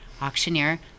auctioneer